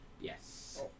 Yes